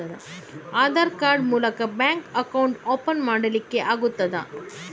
Aadhaar card ಮೂಲಕ bank account open ಮಾಡಲಿಕ್ಕೆ ಆಗುತಾ?